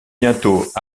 bientôt